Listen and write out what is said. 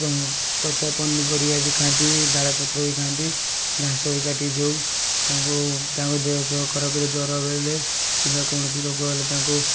ଏବଂ ପଚା ପନିପରିବା ବି ଖାଆନ୍ତି ଡାଳ ପତ୍ର ବି ଖାଆନ୍ତି ଘାସ ବି କାଟିକି ଦେଉ ତାଙ୍କୁ ତାଙ୍କ ଦେହପେହ ଖରାପ ହେଲେ ଜ୍ୱର ହେଲେ କିମ୍ବା କୌଣସି ରୋଗ ହେଲେ ତାଙ୍କୁ